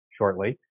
shortly